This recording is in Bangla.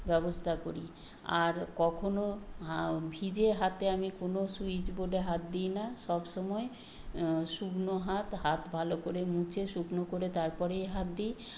ব্যবস্থা করি আর কখনও ভিজে হাতে আমি কোনও সুইচ বোর্ডে হাত দিই না সব সময় শুকনো হাত হাত ভালো করে মুছে শুকনো করে তারপরেই হাত দিই